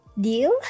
Deal